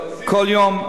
אבל כל יום,